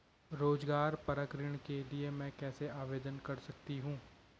रोज़गार परक ऋण के लिए मैं कैसे आवेदन कर सकतीं हूँ?